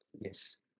yes